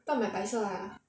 不要买白色 lah